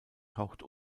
taucht